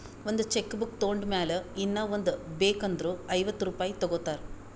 ಒಂದ್ cheque book ತೊಂಡ್ ಮ್ಯಾಲ ಇನ್ನಾ ಒಂದ್ ಬೇಕ್ ಅಂದುರ್ ಐವತ್ತ ರುಪಾಯಿ ತಗೋತಾರ್